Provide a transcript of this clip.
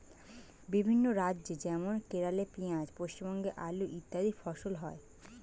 বিভিন্ন রাজ্য যেমন কেরলে পেঁয়াজ, পশ্চিমবঙ্গে আলু ইত্যাদি ফসল হয়